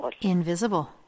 Invisible